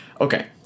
Okay